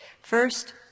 First